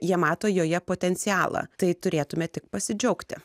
jie mato joje potencialą tai turėtume tik pasidžiaugti